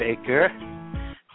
Baker